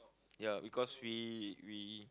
ya because we we